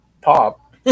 pop